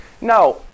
Now